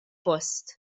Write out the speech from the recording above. post